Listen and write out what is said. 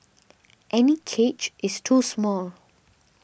any cage is too small